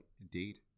Indeed